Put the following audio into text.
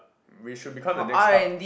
we should become the next hub